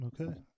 okay